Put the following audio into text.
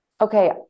okay